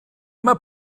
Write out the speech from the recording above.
mae